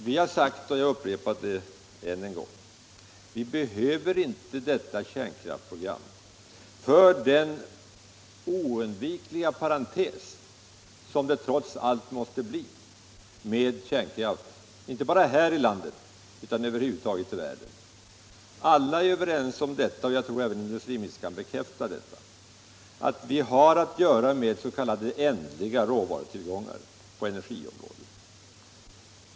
Vi har sagt, och jag upprepar det än en gång: Vi behöver inte detta kärnkraftsprogram för den parentes som kärnkraften onekligen mås 81 te bli inte bara här i landet utan över huvud taget i världen. Alla är överens om -— och jag tror att också industriministern kan bekräfta det — att vi har att göra med s.k. ändliga råvarutillgångar på energiområdet.